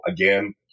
again